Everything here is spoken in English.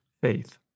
faith